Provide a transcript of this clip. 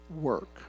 work